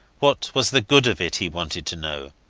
what was the good of it, he wanted to know.